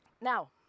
Now